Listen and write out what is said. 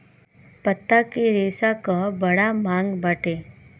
पत्ता के रेशा कअ बड़ा मांग बाटे